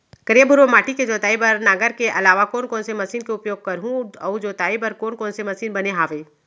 करिया, भुरवा माटी के जोताई बर नांगर के अलावा कोन कोन से मशीन के उपयोग करहुं अऊ जोताई बर कोन कोन से मशीन बने हावे?